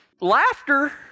laughter